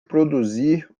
produzir